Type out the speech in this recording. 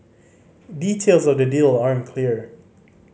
details of the deal aren't clear